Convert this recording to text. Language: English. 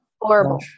Horrible